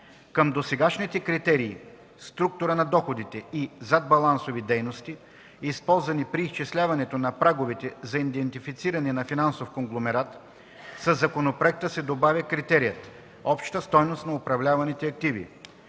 Към досегашните критерии „структура на доходите” и „задбалансови дейности”, използвани при изчисляването на праговете за идентифициране на финансов конгломерат, със законопроекта се добавя критерият „обща стойност на управляваните активи”,